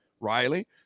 Riley